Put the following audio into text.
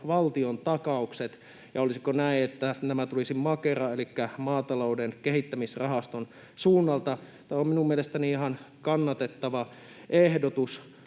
valtiontakaukset, ja olisiko näin, että nämä tulisivat Makeran elikkä maatalouden kehittämisrahaston suunnalta. Tämä on minun mielestäni ihan kannatettava ehdotus.